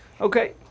Okay